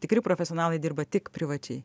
tikri profesionalai dirba tik privačiai